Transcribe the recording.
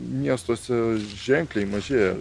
miestuose ženkliai mažėja